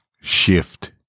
Shift